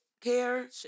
care